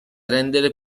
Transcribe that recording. rendere